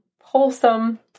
wholesome